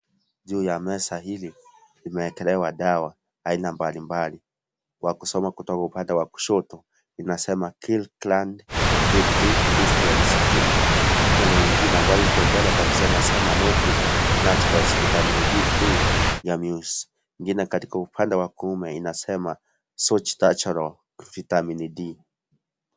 Juu ya meza hili limewekelewa dawa aina mbalimbali. Kwa kusoma kutoka upande wa kushoto linasema Kirkand D3 50mcg , kuna ingine ambayo iko mbele kabisa inasema Nordic Naturals vitamin D3 Gummies , ingine katika upande wa kuume inasema Source Naturals Vitamin D .